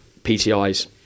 PTIs